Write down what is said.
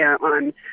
on